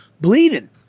bleeding